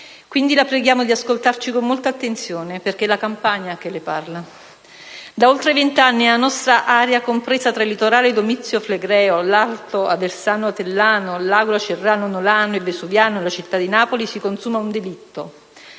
Quindi la preghiamo di ascoltarci con molta attenzione perché è la Campania che le parla. Da oltre vent'anni nella nostra area, compresa tra il litorale domizio-flegreo, l'agro aversano-atellano, l'agro acerrano-nolano-vesuviano e la città di Napoli, si consuma un delitto.